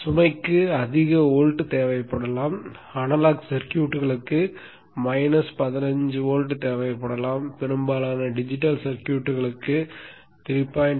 சுமைக்கு அதிக வோல்ட் தேவைப்படலாம் அனலாக் சர்க்யூட்டுகளுக்கு மைனஸ் 15 வோல்ட் தேவைப்படலாம் பெரும்பாலான டிஜிட்டல் சர்க்யூட்டுகளுக்கு 3